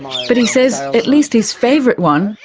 but he says at least his favourite one,